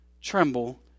tremble